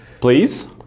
please